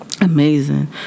Amazing